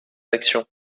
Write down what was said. actions